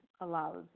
allows